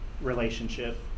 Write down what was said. relationship